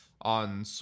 on